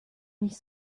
nicht